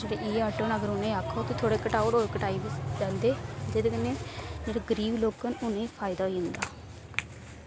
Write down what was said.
जेह्ड़े ई आटो न अगर उ'ने आक्खो ते थोह्ड़ा घटाओ और घटाई बी जन्दे जिदे कन्नै जेह्ड़े गरीब लोक न उ'नें फायदा होई जंदा